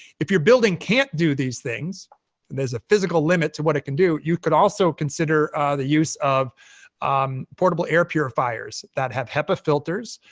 if your building can't do these things, and there's a physical limit to what it can do, you could also consider the use of portable air purifiers that have hepa filters